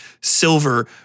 silver